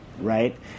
right